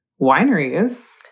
wineries